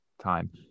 time